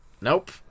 Nope